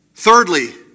Thirdly